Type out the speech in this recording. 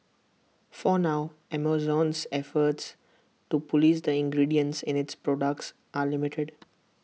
for now Amazon's efforts to Police the ingredients in its products are limited